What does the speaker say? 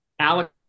Alex